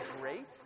Great